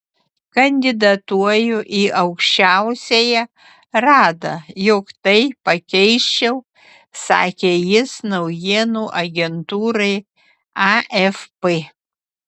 kandidatuoju į aukščiausiąją radą jog tai pakeisčiau sakė jis naujienų agentūrai afp